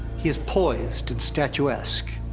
he is poised and statuesque.